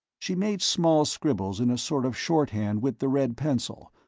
she made small scribbles in a sort of shorthand with the red pencil,